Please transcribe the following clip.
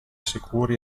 sicuri